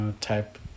type